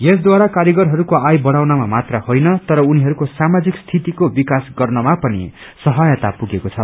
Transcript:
यसद्वाा कारीगरहरूको आय बढाउनमा मात्र होइन तर उनीहरूको सामाजिक स्थितिको विकास गर्नमा पनि सहायता पुगेको छ